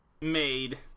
made